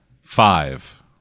five